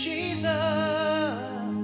Jesus